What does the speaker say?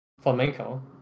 Flamenco